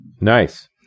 Nice